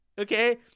okay